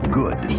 good